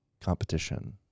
competition